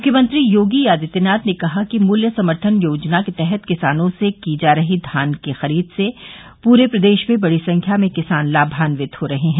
मुख्यमंत्री योगी आदित्यनाथ ने कहा कि मूल्य समर्थन योजना के तहत किसानों से की जा रही धान खरीद से पूरे प्रदेश में बड़ी संख्या में किसान लाभान्यित हो रहे हैं